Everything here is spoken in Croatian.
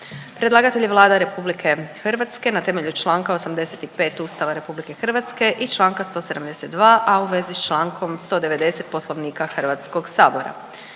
Predlagatelj je Vlada Republike Hrvatske na temelju članka 85. Ustava i članka 172. a u vezi sa člankom 190. Poslovnika Hrvatskog sabora.